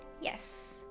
yes